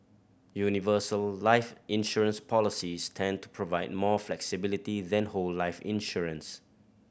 universal life insurance policies tend to provide more flexibility when whole life insurance